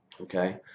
okay